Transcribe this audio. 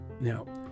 Now